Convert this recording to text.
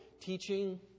teaching